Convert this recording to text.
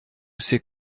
ces